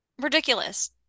Ridiculous